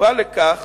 כפופה לכך